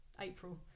april